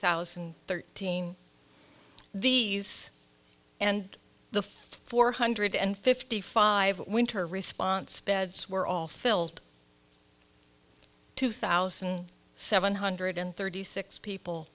thousand and thirteen these and the four hundred and fifty five winter response beds were all filled two thousand seven hundred thirty six people